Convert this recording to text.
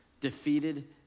defeated